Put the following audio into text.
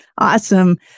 Awesome